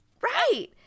Right